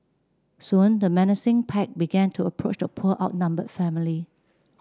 soon the menacing pack began to approach the poor outnumbered family